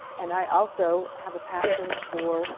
and i also have a passion for